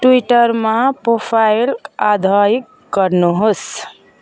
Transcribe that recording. ट्विटरमा प्रोफाइल अधायिक गर्नुहोस्